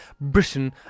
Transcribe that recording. Britain